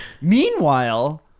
Meanwhile